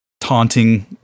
taunting